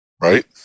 right